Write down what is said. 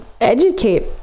educate